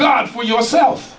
god for yourself